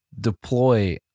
deploy